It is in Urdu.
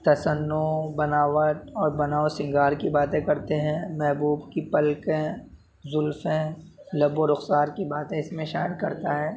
تصنع بناوٹ اور بناؤ سنگار کی باتیں کرتے ہیں محبوب کی پلکیں زلفیں لب و رخسار کی باتیں اس میں شاعر کرتا ہے